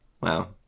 Wow